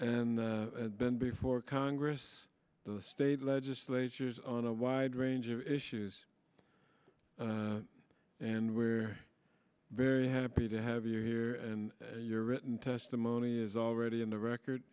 and been before congress the state legislatures on a wide range of issues and we're very happy to have you here and your written testimony is already in the record